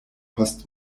post